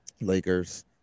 Lakers